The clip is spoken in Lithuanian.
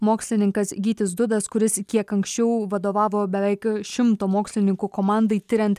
mokslininkas gytis dudas kuris kiek anksčiau vadovavo beveik šimto mokslininkų komandai tiriant